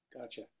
gotcha